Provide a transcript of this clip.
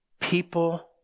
People